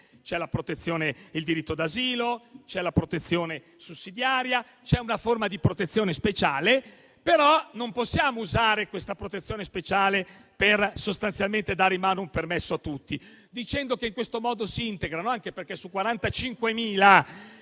solo la protezione e il diritto d'asilo, c'è la protezione sussidiaria, c'è una forma di protezione speciale. Non possiamo però usare la protezione speciale sostanzialmente per dare in mano un permesso a tutti, dicendo che in questo modo si integrano, anche perché su 45.000